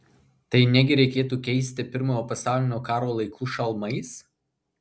tai negi reikėtų keisti pirmojo pasaulinio karo laikų šalmais